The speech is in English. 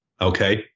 Okay